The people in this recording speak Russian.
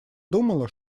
думала